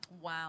Wow